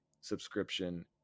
subscription